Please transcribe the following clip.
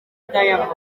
diamond